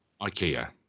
IKEA